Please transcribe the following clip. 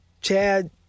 Chad